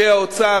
אנשי האוצר,